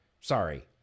Sorry